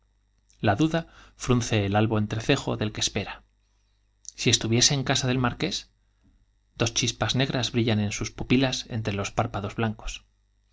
la duda frunce el albo entrecejo del que espera j si estuviese en casa del marqués dos chispas brillan negras en sus pupilas entre los párpados blancos